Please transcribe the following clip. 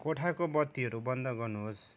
कोठाको बत्तीहरू बन्द गर्नुहोस्